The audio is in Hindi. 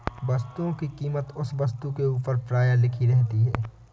वस्तुओं की कीमत उस वस्तु के ऊपर प्रायः लिखी रहती है